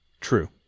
True